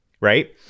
right